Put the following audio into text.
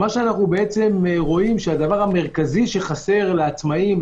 אנחנו רואים שהדבר המרכזי שחסר לעצמאים,